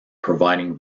providing